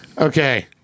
Okay